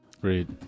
Great